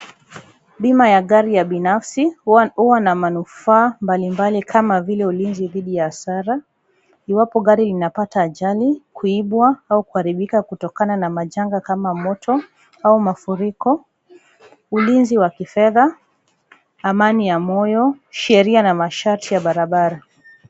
Bima ya gari ya binafsi huwa na manufaa mbalimbali kama vile ulinzi dhidi ya hasara, iwapo gari inapata ajali, kuibwa au kuharibika kutokana na majanga kama moto au mafuriko, ulinzi wa kifedha, amani ya moyo, sheria na masharti ya barabara.